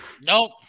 Nope